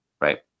Right